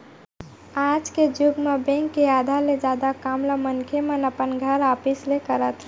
आज के जुग म बेंक के आधा ले जादा काम ल मनखे मन अपन घर, ऑफिस ले करत हे